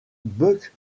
buck